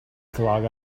clog